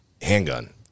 handgun